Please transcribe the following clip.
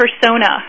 persona